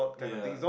yeah